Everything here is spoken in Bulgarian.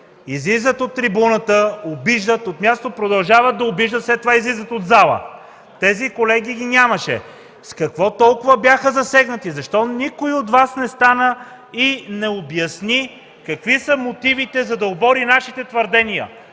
излизат на трибуната, обиждат, от място продължават да обиждат и след това излизат от залата! Тези колеги ги нямаше! С какво толкова бяха засегнати? Защо никой от Вас не стана и не обясни какви са мотивите, за да обори нашите твърдения?